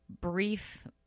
brief